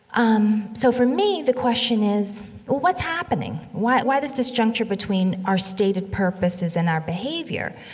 um, so for me, the question is well, what's happening? why why this disjuncture between our stated purposes and our behavior?